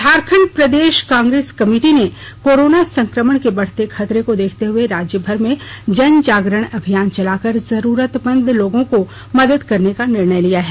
झारखंड प्रदेश कांग्रेस कमेटी ने कोरोना संक्रमण के बढ़ते खतरे को देखते हुए राज्यभर में जागजागरण अभियान चलाकर जरुरतमंद लोगों को मदद करने का निर्णय लिया है